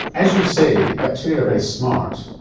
as you say, bacteria are very smart.